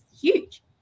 huge